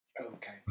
Okay